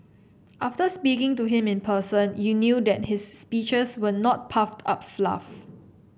after speaking to him in person you knew that his speeches were not puffed up fluff